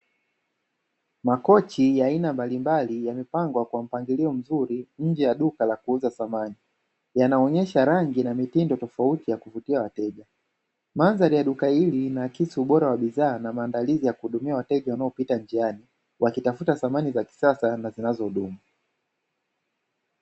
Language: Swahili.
Makochi ya aina mbalimbali yamepangwa kwa mpangilio mzuri nje ya duka la kuuza samani. Yanaonyesha rangi na mitindo tofauti ya kuvutia wateja. Mandhari ya duka hili na linaakisi ubora wa bidhaa na maandalizi ya kuhudumia wateja wanaopita njiani wakitafuta samani za kisasa na zinazohudumu.